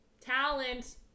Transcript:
Talent